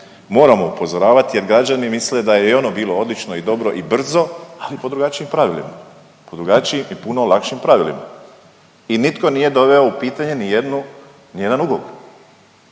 moramo upozoravati jer građani misle da je i ono bilo odlično i dobro i brzo, ali po drugačijim pravilima. Po drugačijim i puno lakšim pravilima. I nitko nije doveo u pitanje nijednu, nijedan ugovor.